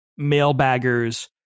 mailbaggers